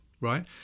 right